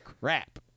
crap